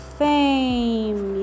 fame